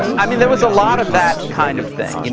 i mean, there was a lot of that kind of thing. you know